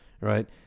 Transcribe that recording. Right